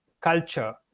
culture